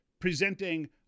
presenting